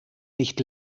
nicht